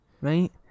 right